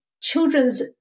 children's